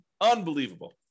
Unbelievable